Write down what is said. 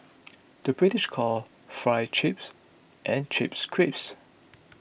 the British calls Fries Chips and Chips Crisps